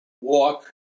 walk